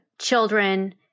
children